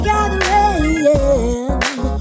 Gathering